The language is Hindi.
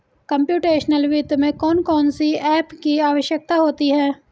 कंप्युटेशनल वित्त में कौन कौन सी एप की आवश्यकता होती है